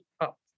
up